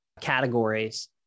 categories